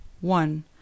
one